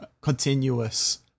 continuous